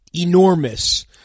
enormous